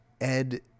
Ed